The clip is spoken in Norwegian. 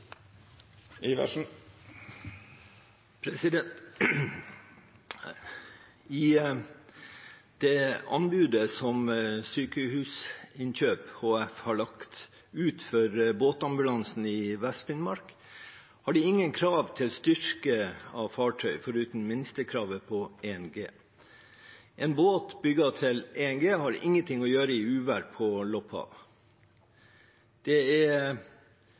det anbudet Sykehusinnkjøp HF har lagt ut for båtambulansen i Vest-Finnmark, har de ingen krav til fartøyets styrke foruten minstekravet på 1G. En båt bygget til 1G har ingenting å gjøre i uvær på Lopphavet. Det er